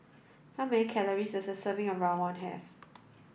how many calories does a serving of Rawon have